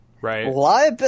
Right